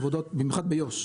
במיוחד ביו"ש,